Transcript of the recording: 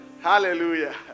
Hallelujah